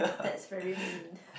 that's very mean